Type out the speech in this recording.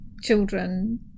children